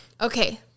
Okay